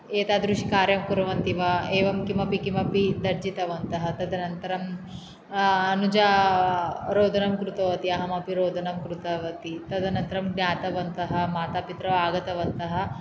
एतादृश् कार्यं कुर्वन्ति वा एवं किमपि किमपि तर्जितवन्तः तदन्तरम् अनुजा रोदनं कृतवती अहम् अपि रोदनं कृतवती तदन्तरं ज्ञातवन्तः मातापितरौ आगतवन्तः